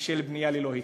של בנייה ללא היתר.